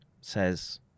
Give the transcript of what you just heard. says